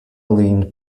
leaned